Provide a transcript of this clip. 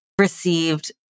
received